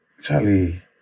Charlie